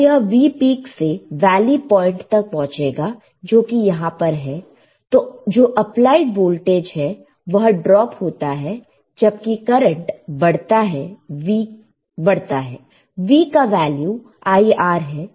अब यह V peak से वैली पॉइंट तक पहुंचेगा जो कि यहां पर है जो अप्लाइड वोल्टेज है वह ड्राप होता है जबकि करंट बढ़ता है V का वैल्यू IR है